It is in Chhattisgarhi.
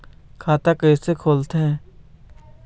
खाता कइसे खोलथें?